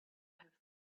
have